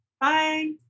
Bye